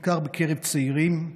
בעיקר בקרב צעירים.